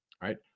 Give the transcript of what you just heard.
right